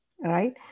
right